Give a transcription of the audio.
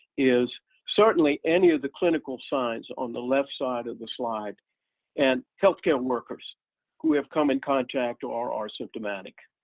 is certainly any of the clinical signs on the left side of the slide and health care workers who have come in contact or are are symptomatic.